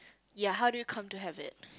ya how did you come to have it